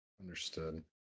Understood